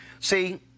See